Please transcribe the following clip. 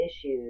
issues